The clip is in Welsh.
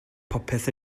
popeth